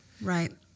Right